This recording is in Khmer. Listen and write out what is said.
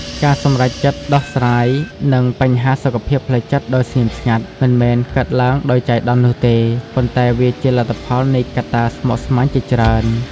ការសម្រេចចិត្តដោះស្រាយនឹងបញ្ហាសុខភាពផ្លូវចិត្តដោយស្ងៀមស្ងាត់ មិនមែនកើតឡើងដោយចៃដន្យនោះទេ ប៉ុន្តែវាជាលទ្ធផលនៃកត្តាស្មុគស្មាញជាច្រើន។